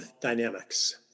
dynamics